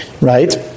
Right